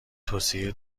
توصیه